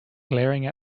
glaring